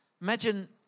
Imagine